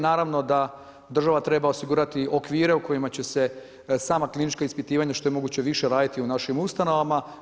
Naravno da država treba osigurati okvire u kojima će se sama klinička ispitivanja što je moguće više raditi u našim ustanovama.